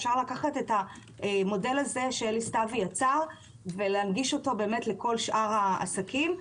אפשר לקחת את המודל הזה שסתוי יצר ולהנגיש אותו לכל שאר העסקים.